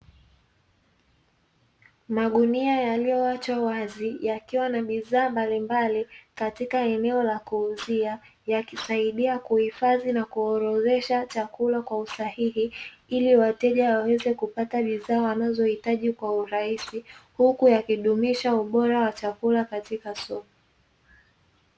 magunia yaliyoachwa wazi yakiwa na bidhaa mbalimbali sehemu ya kuuzia huku yakidumisha ubora wa katika soko